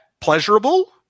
pleasurable